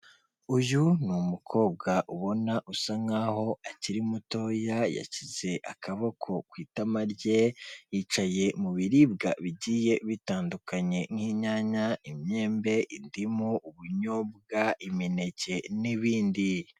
Uyu ni umukobwa ubona usa nkaho akiri mutoya yashyize akaboko ku itama rye, yicaye mu biribwa bigiye bitandukanye nk'inyanya, imyembe, indimu, ubunyobwa, imineke, n'ibindi.